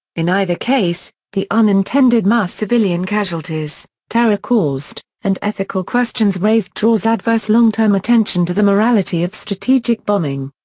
in either case, the unintended mass civilian casualties, terror caused, and ethical questions raised draws adverse long-term attention to the morality of strategic bombing.